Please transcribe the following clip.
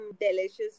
delicious